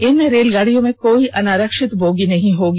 इन रेलगाड़ियों में कोई अनारक्षित बोगी नहीं होगी